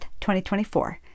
2024